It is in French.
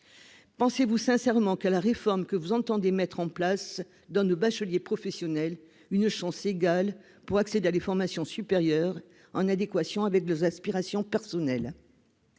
pensez-vous sincèrement que la réforme que vous entendez mettre en place donne aux bacheliers professionnels une chance égale d'accéder à des formations supérieures en adéquation avec leurs aspirations personnelles ?